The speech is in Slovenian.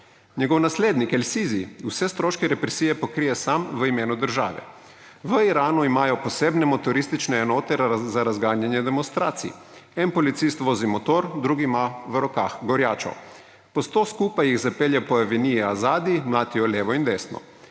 Njegov naslednik El Sisi vse stroške represije pokrije sam v imenu države. V Iranu imajo posebne motoristične enote za razganjanje demonstracij. En policist vozi motor, drugi ima v rokah gorjačo. Po sto skupaj jih zapelje po aveniji Azadi, mlatijo levo in desno.